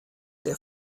der